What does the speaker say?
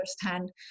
firsthand